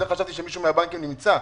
חשבתי שמישהו מהבנקים נמצא.